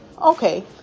Okay